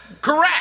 correct